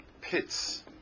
pits